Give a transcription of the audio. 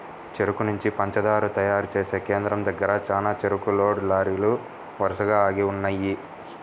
చెరుకు నుంచి పంచదార తయారు చేసే కేంద్రం దగ్గర చానా చెరుకు లోడ్ లారీలు వరసగా ఆగి ఉన్నయ్యి